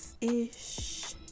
ish